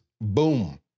boom